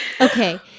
Okay